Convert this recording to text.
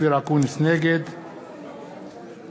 נגד